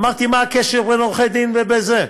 אמרתי: מה הקשר של עורכי-דין לזה?